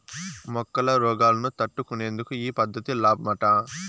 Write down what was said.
మొక్కల రోగాలను తట్టుకునేందుకు ఈ పద్ధతి లాబ్మట